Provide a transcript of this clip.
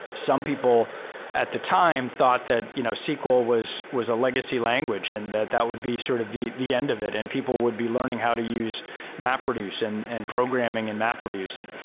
some people at the time thought that you know sql was was a legacy language and that that would be sort of the the end of it and people would be learning how to use mapreduce and and programming in and mapreduce.